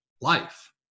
life